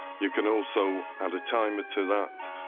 you can also add a timer to that.